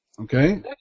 Okay